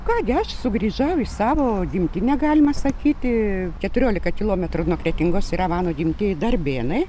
ką gi aš sugrįžau į savo gimtinę galima sakyti keturiolika kilometrų nuo kretingos yra mano gimtieji darbėnai